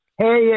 Hey